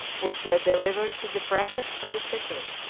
which they delivered to the praefect of the city.